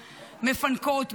מפנקות,